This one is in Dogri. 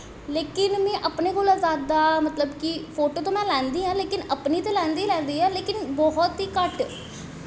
लेकिन में अपनें कोला दा जादा मतलव कि फोटो तो में लैंदी आं अपनें ते लैंदी गै लैंदी आं पर बौह्त ही घट्ट